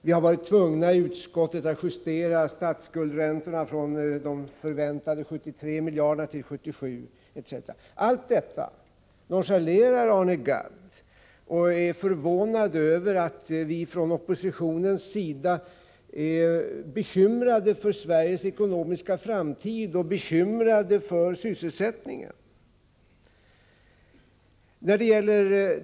Vi har i utskottet varit tvungna att justera statsskuldräntorna från de förväntade 73 miljarderna till 77 miljarder, etc. Allt detta nonchalerar Arne Gadd, och han är förvånad över att vi från oppositionens sida är bekymrade för Sveriges ekonomiska framtid och för sysselsättningen.